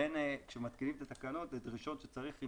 כשמתקינים את התקנות, לדרישות שצריך.